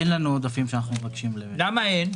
אין לנו עודפים שאנחנו מבקשים --- למה אין?